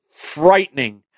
frightening